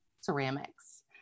Ceramics